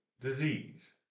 disease